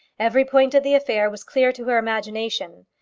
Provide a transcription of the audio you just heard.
every point of the affair was clear to her imagination.